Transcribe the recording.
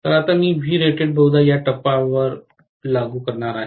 तर आता मी Vrated बहुदा या टप्प्यावर लागू करणार आहे